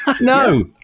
No